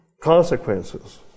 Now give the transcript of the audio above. consequences